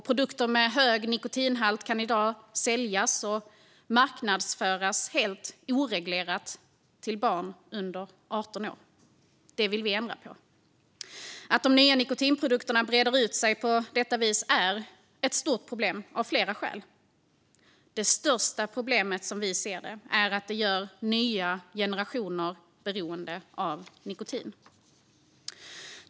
Produkter med hög nikotinhalt kan i dag säljas och marknadsföras helt oreglerat till barn under 18 år. Det vill vi ändra på. Att de nya nikotinprodukterna breder ut sig på detta vis är ett stort problem av flera skäl. Det största problemet, som vi ser det, är att det gör nya generationer beroende av nikotin.